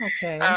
Okay